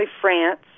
France